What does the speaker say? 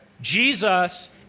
Jesus